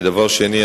דבר שני,